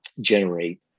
generate